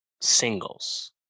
singles